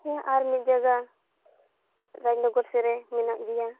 ᱦᱮᱸ ᱟᱨ ᱢᱤᱫ ᱡᱟᱭᱜᱟ ᱨᱟᱡᱽᱱᱚᱜᱚᱨ ᱥᱮᱫ ᱨᱮ ᱢᱮᱱᱟᱜ ᱜᱮᱭᱟ